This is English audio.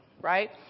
right